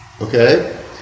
Okay